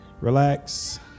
relax